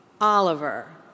Oliver